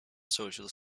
social